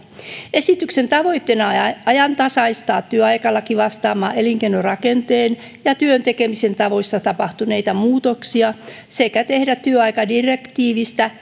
esityksen tavoitteena on ajantasaistaa työaikalaki vastaamaan elinkeinorakenteessa ja työn tekemisen tavoissa tapahtuneita muutoksia sekä tehdä työaikadirektiivistä